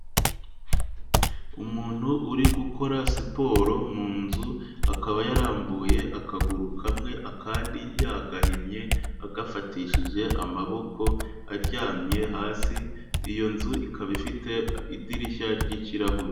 Umuntu uri gukora siporo mu nzu, akaba yarambuye akaguru kamwe, akandi yagahinnye agafatishije amaboko, aryamye hasi, iyo nzu ikaba ifite idirishya ry'ikirahure.